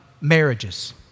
marriages